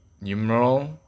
numeral